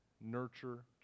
nurture